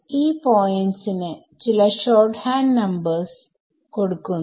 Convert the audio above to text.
ഈ പോയ്ന്റ്സ് ന് ചില ഷോർട്ഹാൻഡ് നമ്പേഴ്സ് കൊടുക്കുന്നു